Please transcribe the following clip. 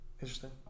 Interesting